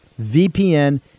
VPN